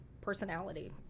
personality